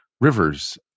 Rivers